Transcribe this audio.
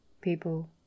people